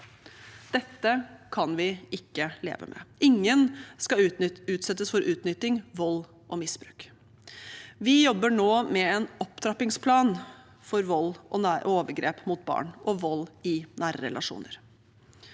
Dette kan vi ikke leve med. Ingen skal utsettes for utnytting, vold og misbruk. Vi jobber nå med en opptrappingsplan om vold og overgrep mot barn og vold i nære relasjoner.